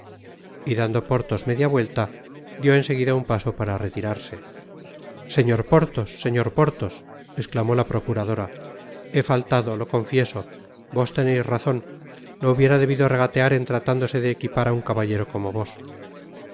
y dando porthos media vuelta dió en seguida un paso para retirarse señor porthos señor porthos i esclamó la procuradora he faltado lo confieso vos teneis razon no hubiera debido regatear en tratándose de equipar á un caballero como vos